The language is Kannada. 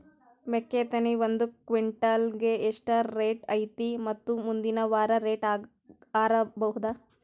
ಮೆಕ್ಕಿ ತೆನಿ ಒಂದು ಕ್ವಿಂಟಾಲ್ ಗೆ ಎಷ್ಟು ರೇಟು ಐತಿ ಮತ್ತು ಮುಂದಿನ ವಾರ ರೇಟ್ ಹಾರಬಹುದ?